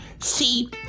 See